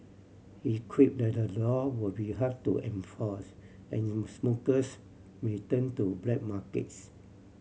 he quipped that the law would be hard to enforce and smokers may turn to black markets